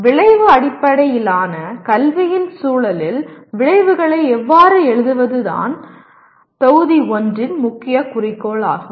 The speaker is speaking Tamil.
விளைவு அடிப்படையிலான கல்வியின் சூழலில் விளைவுகளை எவ்வாறு எழுதுவது தான் தொகுதி 1 இன் முக்கிய குறிக்கோள் ஆகும்